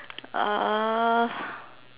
uh